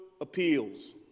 appeals